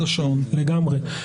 לגמרי.